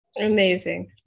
amazing